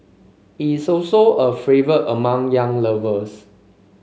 it is also a favourite among young lovers